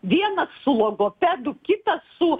vienas su logopedu kitas su